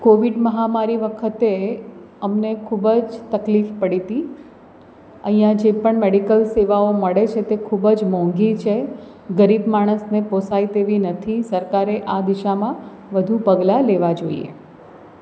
Covid મહામારી વખતે અમને ખૂબ જ તકલીફ પડી તી અહીંયા જે પણ મેડિકલ સેવાઓ મળે છે તે ખૂબ જ મોંઘી છે ગરીબ માણસને પોસાય તેવી નથી સરકારે આ દિશામાં વધુ પગલાં લેવાં જોઈએ